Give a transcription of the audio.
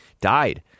Died